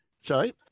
Sorry